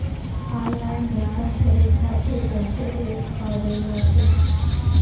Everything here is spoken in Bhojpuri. ऑनलाइन भुगतान करे खातिर बहुते एप्प आ गईल बाटे